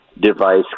device